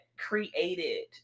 created